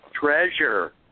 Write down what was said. treasure